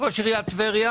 ראש עיריית טבריה